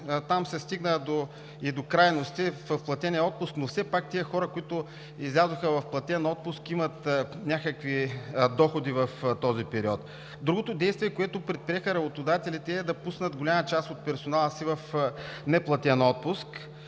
там се стигна и до крайности в платения отпуск, но все пак тези хора, които излязоха в платен отпуск, имат някакви доходи в този период. Другото действие, което предприеха работодателите, е да пуснат голяма част от персонала си в неплатен отпуск.